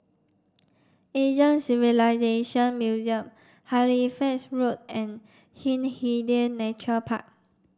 Asian Civilisation Museum Halifax Road and Hindhede Nature Park